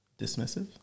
dismissive